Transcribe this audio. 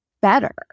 better